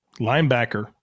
Linebacker